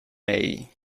may